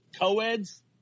co-eds